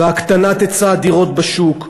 והקטנת היצע הדירות בשוק,